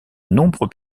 nombreux